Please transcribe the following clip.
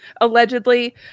allegedly